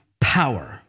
power